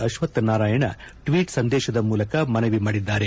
Ashwath Narayan tweet ಸಂದೇಶದ ಮೂಲಕ ಮನವಿ ಮಾಡಿದ್ದಾರೆ